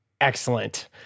excellent